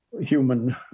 human